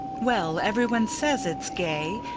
well, everyone says it's gay,